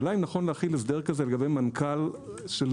השאלה אם נכון להחיל הסדר כזה לגבי מנכ"ל תאגיד.